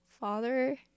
father